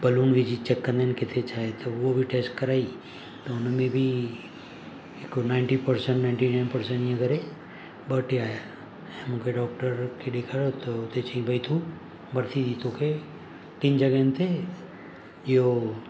balloon विझी check कंदा आहिनि किथे छा आहे त उहा बि टेस्ट कराई त हुनमें बि हिकु ninety percent ninety nine percent इअं करे ॿ टे आया ऐं मूंखे डॉक्टर खे ॾेखारियो त उते चई भई तूं भर्ती थी तोखे टिनि जॻहियुनि ते इहो